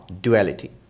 duality